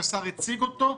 שהשר הציג אותו,